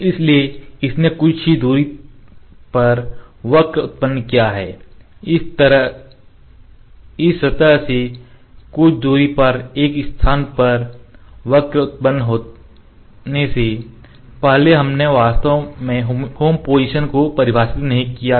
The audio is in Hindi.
इसलिए इसने कुछ ही दूरी पर वक्र उत्पन्न किया है इस सतह से कुछ दूरी पर एक स्थान पर वक्र उत्पन्न होने से पहले हमने वास्तव में होम पोजीशन को परिभाषित नहीं किया था